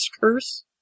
curse